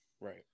Right